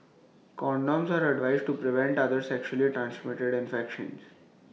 condoms are advised to prevent other sexually transmitted infections